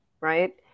right